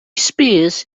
spears